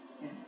Yes